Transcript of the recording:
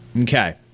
Okay